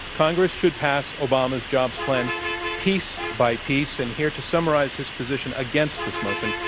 congress should pass obama's jobs plan piece by piece, and here to summarize his position against this motion,